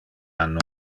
anno